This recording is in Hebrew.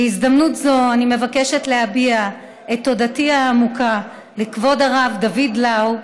בהזדמנות זו אני מבקשת להביע את תודתי העמוקה לכבוד הרב דוד לאו,